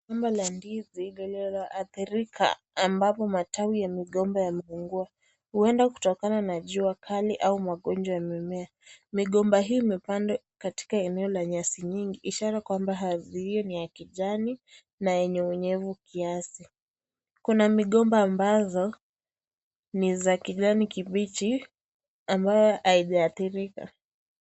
Gomba la ndizi lililoathirika ambapo matawi ya mgomba yameungua huenda kutokana na jua Kali au magonjwa ya mimea. Migomba hii imepandwa katika eneo la nyasi nyingi ishara kwamba nyasi hiyo ni ya kijani na unyevu kiasi. Kuna migomba ambazo ni za kijani kibichi ambayo haijaathirika.